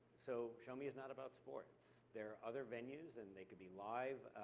so, shomi is not about sports. there are other venues and they could be live.